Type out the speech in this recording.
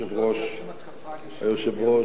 היושב-ראש,